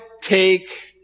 take